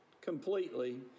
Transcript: completely